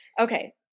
Okay